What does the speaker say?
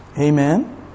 Amen